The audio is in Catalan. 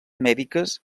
mèdiques